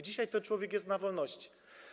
Dzisiaj ten człowiek jest na wolności.